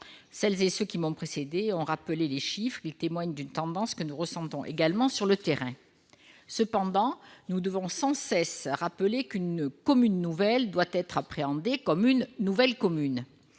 Celles et ceux qui m'ont précédé ont rappelé les chiffres : ils témoignent d'une tendance que nous ressentons également sur le terrain. Toutefois, nous devons sans cesse rappeler qu'une commune nouvelle doit être appréhendée comme une nouvelle commune.